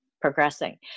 progressing